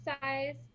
size